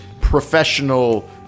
Professional